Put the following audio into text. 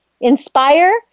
inspire